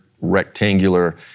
rectangular